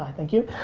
thank you.